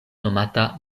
nomata